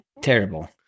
terrible